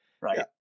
Right